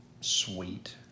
Sweet